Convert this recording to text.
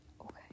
Okay